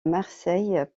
marseille